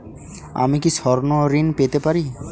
আমি কি স্বর্ণ ঋণ পেতে পারি?